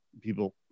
people